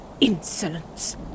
insolence